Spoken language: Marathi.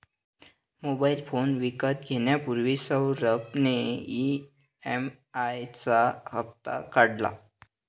मोबाइल फोन विकत घेण्यापूर्वी सौरभ ने ई.एम.आई चा हप्ता काढला